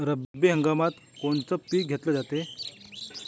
रब्बी हंगामात कोनचं पिक घेतलं जाते?